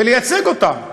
ולייצג אותם.